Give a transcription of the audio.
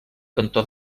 cantó